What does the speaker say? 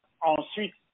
ensuite